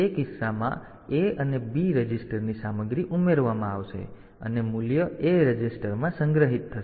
તેથી તે કિસ્સામાં A અને B રજિસ્ટરની સામગ્રી ઉમેરવામાં આવશે અને મૂલ્ય A રજિસ્ટરમાં સંગ્રહિત થશે